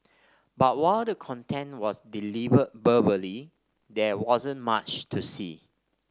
but while the content was delivered verbally there wasn't much to see